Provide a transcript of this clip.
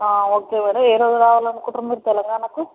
ఆ ఓకే ఎవరు ఏ రోజు రావాలనుకుంటున్నారు మీరు తెలంగాణకు